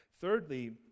Thirdly